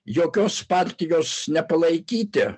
jokios partijos nepalaikyti